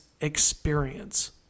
experience